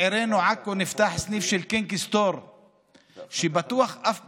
בעירנו עכו נפתח סניף של קינג סטור שפתוח אף בשבת,